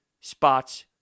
spots